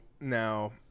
now